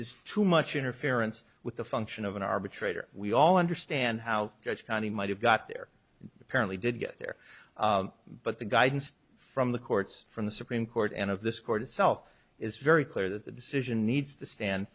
is too much interference with the function of an arbitrator we all understand how judge county might have got there apparently did get there but the guidance from the courts from the supreme court and of this court itself is very clear that the decision needs to stand